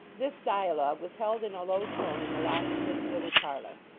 this dialogue was held in a low tone in the locksmith's little parlour,